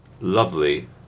lovely